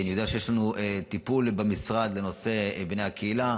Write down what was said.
אני יודע שיש לנו טיפול במשרד בנושא בני הקהילה.